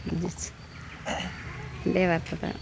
முடிஞ்சிடுச்சி இதே வார்த்தை தான்